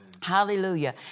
Hallelujah